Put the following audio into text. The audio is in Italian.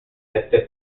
sette